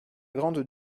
grande